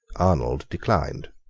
arnold declined.